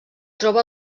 troba